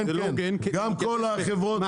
גם כל החברות --- זה לא הוגן,